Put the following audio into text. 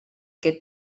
que